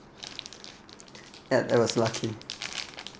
and it was lucky